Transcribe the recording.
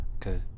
cause